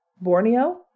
Borneo